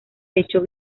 pecho